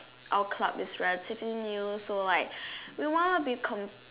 our club is relatively new so like we wanna become